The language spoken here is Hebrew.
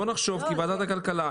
בואו נחשוב כוועדת הכלכלה.